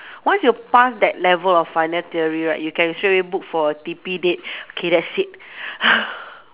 once you pass that level of final theory right you can straight away book for T_P date okay that's it